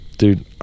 Dude